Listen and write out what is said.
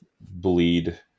bleed